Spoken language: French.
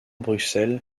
bruxelles